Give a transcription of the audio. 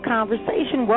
Conversation